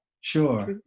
Sure